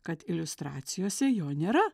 kad iliustracijose jo nėra